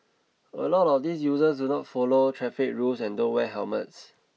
a lot of these users do not follow traffic rules and don't wear helmets